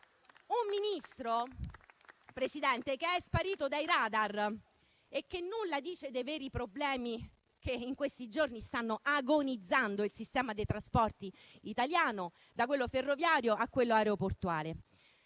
Un Ministro, Presidente, che è sparito dai *radar* e che nulla dice dei veri problemi che in questi giorni stanno facendo agonizzare il sistema dei trasporti italiano, da quello ferroviario a quello aeroportuale.